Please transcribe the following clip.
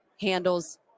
handles